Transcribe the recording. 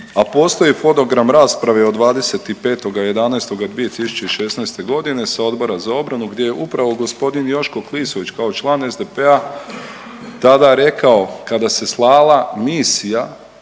a postoji fonogram rasprave od 25.11.2016. godine sa Odbora za obranu gdje je upravo gospodin Joško Klisović kao član SDP-a tada rekao kada se slala misija